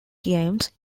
games